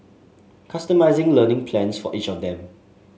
customising learning plans for each of them